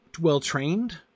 well-trained